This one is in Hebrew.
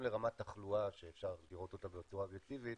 לרמת תחלואה שאפשר לראות אותה בצורה אובייקטיבית,